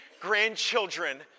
grandchildren